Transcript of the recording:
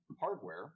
hardware